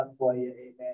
Amen